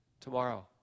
tomorrow